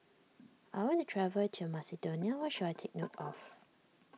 I want to travel to Macedonia what should I take note of